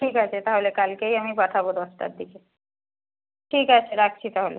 ঠিক আছে তাহলে কালকেই আমি পাঠাবো দশটার দিকে ঠিক আছে রাখছি তাহলে